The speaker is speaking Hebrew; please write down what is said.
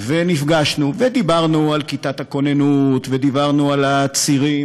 נפגשנו ודיברנו על כיתת הכוננות ודיברנו על הצירים,